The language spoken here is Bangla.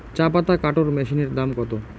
চাপাতা কাটর মেশিনের দাম কত?